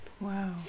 Wow